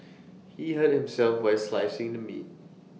he hurt himself while slicing the meat